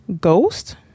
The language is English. Ghost